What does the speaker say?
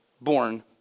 born